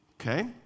Okay